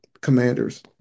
commanders